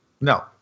No